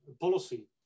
Policy